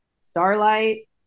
starlight